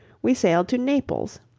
we sailed to naples,